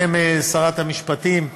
בשם שרת המשפטים.